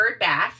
Birdbath